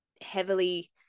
heavily